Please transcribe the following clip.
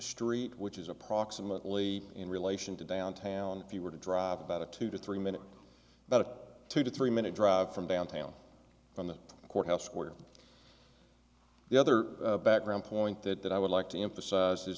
street which is approximately in relation to downtown if you were to drive about a two to three minute but two to three minute drive from downtown on the courthouse square the other background point that i would like to emphasize